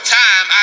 time